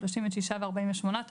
36 חודשים ו-48 חודשים,